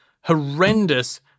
horrendous